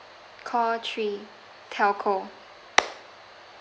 call three telco